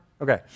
Okay